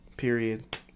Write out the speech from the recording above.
period